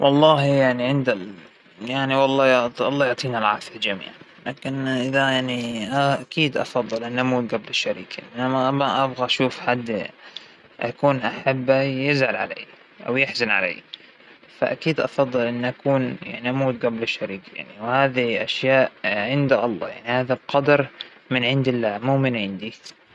بموت من قبله طبعا، الله يحميه ويحفظه ويبارك بعمره ترى ما فينى أحيا لحظة من بعده اصلا، ما بتخيل حياتى بدونه، وما عندى قابلية لتحمل الألم أنا، يعنى ما فينى أعيش وأنا عندى جرح بقلبى، وجع على فقدان حدا عزيزأو هكذا، تخيل أنه هاذا الحدا شريك حياتى.